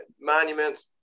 Monuments